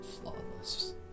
flawless